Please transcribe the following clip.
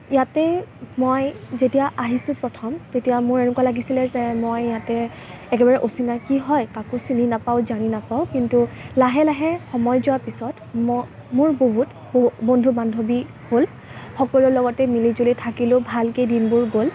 ইয়াতে মই যেতিয়া আহিছোঁ প্ৰথম তেতিয়া মোৰ এনেকুৱা লাগিছিলে যে মই ইয়াতে একেবাৰে অচিনাকী হয় কাকো চিনি নাপাওঁ জানি নাপাওঁ কিন্তু লাহে লাহে সময় যোৱাৰ পিছত মোৰ বহুত বন্ধু বান্ধৱী হ'ল সকলোৰে লগতে মিলি জুলি থাকিলোঁ ভালকৈ দিনবোৰ গ'ল